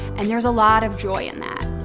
and there's a lot of joy in that.